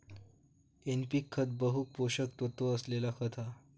NPK खत बहु पोषक तत्त्व असलेला खत हा